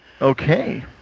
Okay